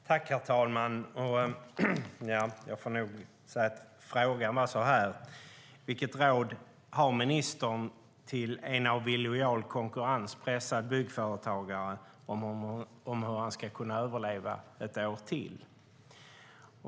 Herr talman! En av frågorna i min interpellation lyder: "Vilket råd har ministern till en av illojal konkurrens pressad byggföretagare om hur han ska överleva ett år till?"